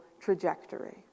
trajectory